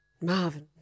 Marvin